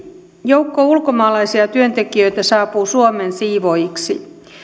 joukko ulkomaalaisia työntekijöitä saapuu suomeen siivoojiksi